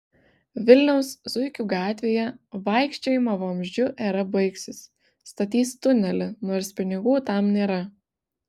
vilniaus zuikių gatvėje vaikščiojimo vamzdžiu era baigsis statys tunelį nors pinigų tam nėra